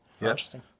Interesting